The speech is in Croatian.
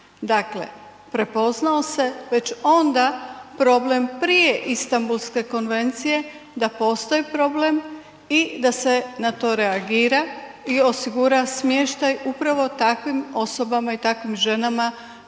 dakle prepoznao se već onda problem prije Istanbulske konvencije da postoji problem i da se na to reagira i osigura smještaj upravo takvim osobama i takvim ženama